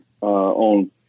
on